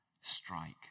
strike